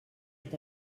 est